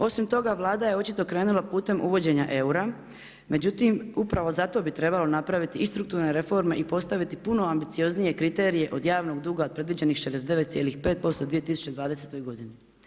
Osim toga, Vlada očito je krenula putem uvođenja eura međutim upravo zato bi trebalo napraviti i strukturne reforme i postaviti puno ambicioznije kriterije od javnog duga od predviđenih 69,5% u 2020. godini.